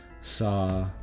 saw